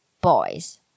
boys